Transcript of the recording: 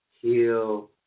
heal